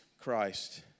Christ